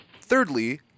Thirdly